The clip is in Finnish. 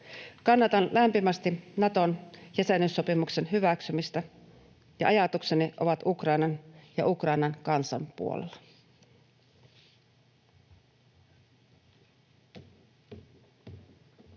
Kannatan lämpimästi Naton jäsenyyssopimuksen hyväksymistä. Ja ajatukseni ovat Ukrainan ja Ukrainan kansan puolella. [Speech